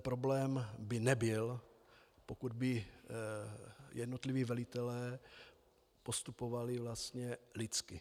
Problém by nebyl, pokud by jednotliví velitelé postupovali vlastně k vojákům lidsky.